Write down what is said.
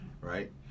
right